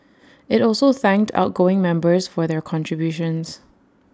IT also thanked outgoing members for their contributions